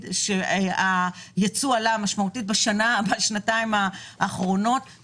שהייצוא עלה משמעותית בשנתיים האחרונות.